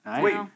Wait